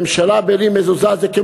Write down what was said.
ממשלה בלי מזוזה